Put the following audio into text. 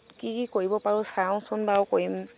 কি কি কৰিব পাৰো চাওঁচোন বাৰু কৰিম